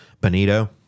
Benito